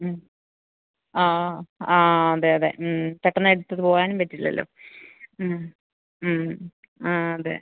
മ് ആ ആ ആ അതെ അതെ മ് മ് പെട്ടന്നെടുത്തിത് പോകാനും പറ്റില്ലല്ലോ മ് മ് ആ അതെ